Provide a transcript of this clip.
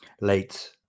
late